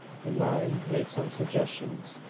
the nine made some suggestions,